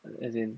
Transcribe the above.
as in